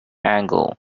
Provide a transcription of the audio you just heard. angle